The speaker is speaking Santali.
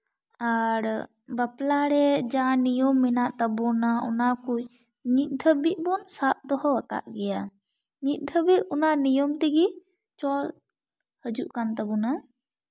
ᱟᱨ ᱵᱟᱯᱞᱟᱨᱮ ᱡᱟᱦᱟᱸ ᱱᱤᱭᱚᱢ ᱢᱮᱱᱟᱜ ᱛᱟᱵᱚᱱᱟ ᱚᱱᱟ ᱚᱱᱟ ᱠᱚᱡ ᱱᱤᱛ ᱫᱷᱟᱹᱵᱤᱡ ᱵᱚᱱ ᱥᱟᱵ ᱫᱚᱦᱚ ᱟᱠᱟᱫ ᱜᱮᱭᱟ ᱱᱤᱛ ᱫᱷᱟᱹᱵᱤᱡ ᱚᱱᱟ ᱱᱤᱭᱚᱢ ᱛᱮᱜᱮ ᱪᱚᱞ ᱦᱤᱡᱩᱜ ᱠᱟᱱ ᱛᱟᱵᱚᱱᱟ